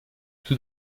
tout